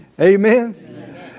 Amen